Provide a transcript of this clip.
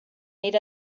meet